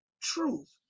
truth